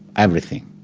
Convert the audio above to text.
everything.